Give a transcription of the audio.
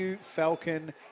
Falcon